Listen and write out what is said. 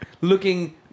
looking –